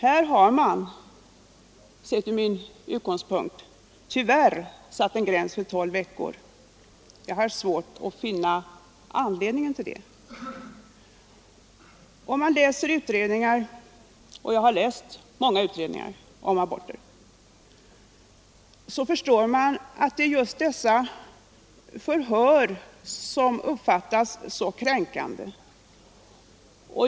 Här har man emellertid — tyvärr, sett från min utgångspunkt — satt en gräns vid tolv veckor. Jag har svårt att finna anledningen till det. Om vi läser utredningar om aborter — och jag har läst många sådana — förstår vi att det är just dessa förhör som uppfattas som så kränkande.